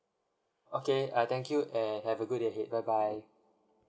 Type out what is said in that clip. okay uh thank you and have a good day ahead bye bye